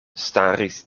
staris